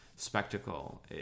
spectacle